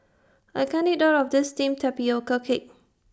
I can't eat All of This Steamed Tapioca Cake